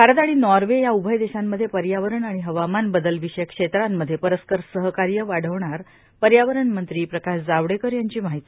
भारत आणि नॉर्वे या उभय देशांमध्ये पर्यावरण आणि हवामान बदल विषयक क्षेत्रांमध्ये परस्पर सहकार्य वाढवणार पर्यावरण मंत्री प्रकाश जावडेकर यांची माहिती